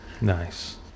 nice